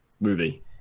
movie